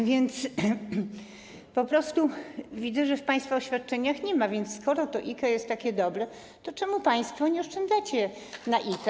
A więc po prostu widzę, że w państwa oświadczeniach tego nie ma, więc skoro to IKE jest takie dobre, to czemu państwo nie oszczędzacie na IKE?